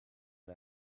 and